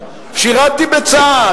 שירתי בצה"ל,